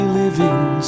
living